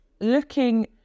looking